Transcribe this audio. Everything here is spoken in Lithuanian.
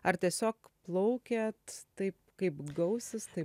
ar tiesiog plaukiat taip kaip gausis taip